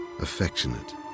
affectionate